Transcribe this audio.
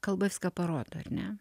kalba viską parodo ar ne